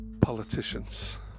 politicians